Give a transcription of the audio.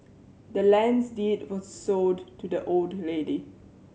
the land's deed was sold to the old lady